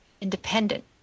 independent